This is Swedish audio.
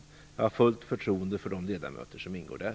Jag har fullt förtroende för de ledamöter som ingår där.